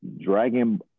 Dragon